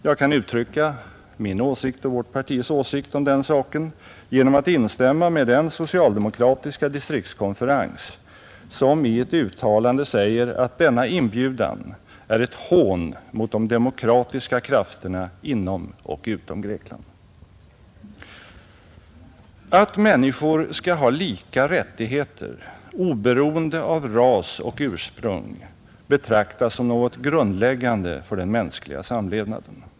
Jag kan uttrycka mitt partis och min egen åsikt om den saken genom att instämma med den socialdemokratiska distriktskonferens som i ett uttalande säger att denna inbjudan ”är ett hån mot de demokratiska krafterna inom och utom Grekland”. Att människor skall ha lika rättigheter oberoende av ras och ursprung betraktas som något grundläggande för den mänskliga samlevnaden.